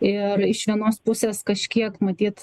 ir iš vienos pusės kažkiek matyt